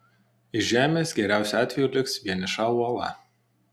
iš žemės geriausiu atveju liks vieniša uola